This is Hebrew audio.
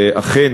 ואכן,